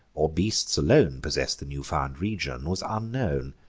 or beasts alone possess'd the new-found region, was unknown.